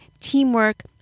teamwork